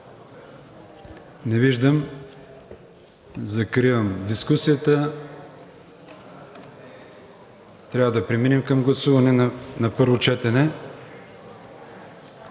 Не виждам. Закривам дискусията. Трябва да преминем към гласуване на първо четене